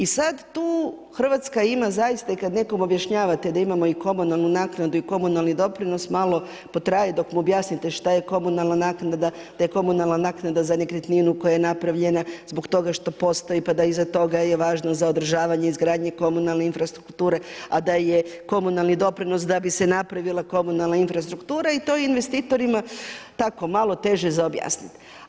I sad tu Hrvatska ima zaista i kad nekom objašnjavate da imamo i komunalnu naknadu i komunalni doprinos malo potraje dok mu objasnite šta je komunalna naknada, da je komunalna naknada za nekretninu koja je napravljena zbog toga što postoji pa da iza toga je važno za održavanje, izgradnja komunalne infrastrukture a da je komunalni doprinos da bi se napravila komunalna infrastruktura i to je investitorima, tako malo teže za objasniti.